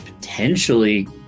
potentially